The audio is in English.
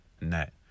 net